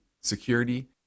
security